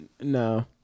No